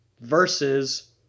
versus